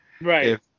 Right